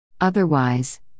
Otherwise